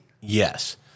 Yes